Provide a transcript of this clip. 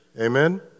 Amen